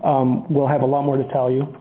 um we'll have a lot more to tell you.